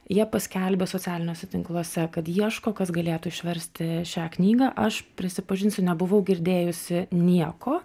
jie paskelbė socialiniuose tinkluose kad ieško kas galėtų išversti šią knygą aš prisipažinsiu nebuvau girdėjusi nieko